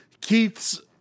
Keith's